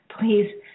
please